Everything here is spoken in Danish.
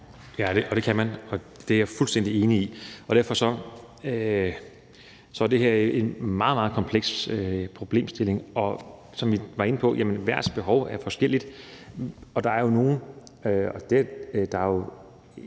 Ja, det kan man – det er jeg fuldstændig enig i. Det her er en meget, meget kompleks problemstilling, og som vi var inde på, er hver enkelts behov forskelligt, og der er jo en forholdsvis